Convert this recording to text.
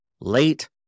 late